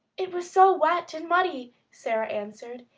it was so wet and muddy, sara answered.